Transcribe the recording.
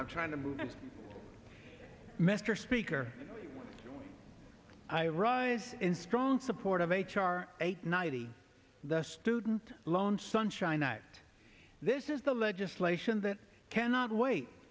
i'm trying to move mr speaker i rise in strong support of h r eight nighty the student loan sunshine act this is the legislation that cannot wait